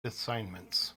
assignments